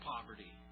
poverty